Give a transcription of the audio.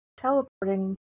teleporting